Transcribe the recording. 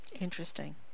Interesting